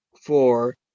four